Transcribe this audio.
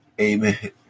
Amen